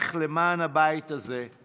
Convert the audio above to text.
שנותייך למען הבית הזה,